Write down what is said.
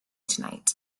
tonight